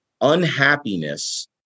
unhappiness